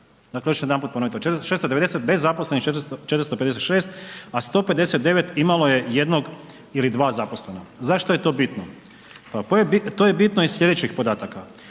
…/Govornik se ne razumije./… bez zaposlenih 456, a 159 imalo je jednog ili dva zaposlena. Zašto je to bitno? To je bitno iz sljedećih podataka,